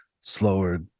slower